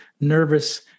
nervous